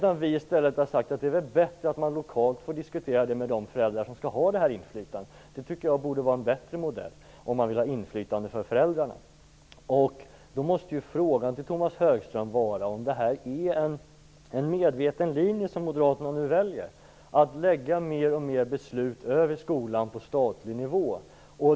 Vi har i stället sagt att det är bättre att man lokalt får diskutera det med de föräldrar som skall ha det här inflytandet. Jag tycker att det borde vara en bättre modell om man vill ha inflytande för föräldrarna. Då måste frågan till Tomas Högström bli om detta är en medveten linje som moderaterna nu väljer, att lägga fler och fler beslut över skolan på statlig nivå.